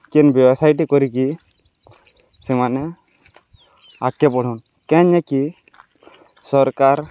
କେନ୍ ବ୍ୟବସାୟଟେ କରିକି ସେମାନେ ଆଗ୍କେ ବଢ଼ନ୍ କେହିଁ ନାକି ସର୍କାର୍